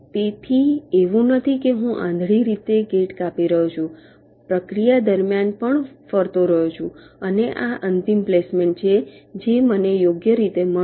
તેથી એવું નથી કે હું આંધળી રીતે ગેટ કાપી રહ્યો છું પ્રક્રિયા દરમિયાન પણ ફરતો રહ્યો છું અને આ અંતિમ પ્લેસમેન્ટ છે જે મને યોગ્ય રીતે મળશે